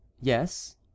yes